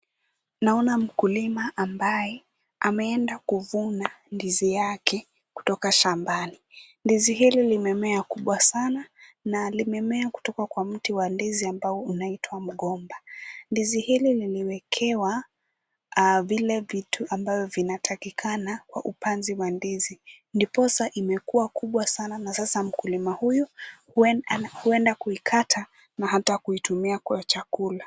Naona mkulima ambaye ameenda kuvuna ndizi yake kutoka shambani. Ndizi hili limemea kubwa sana na limemea kutoka kwa mti wa ndizi ambao unaitwa mgomba. Ndizi hili limewekwa vile vitu ambavyo vinatakikana kwa upanzi wa ndizi. Ndiposa imekua kubwa sana na sasa mkulima huyu huenda kuikata na hata kutumia kwa chakula.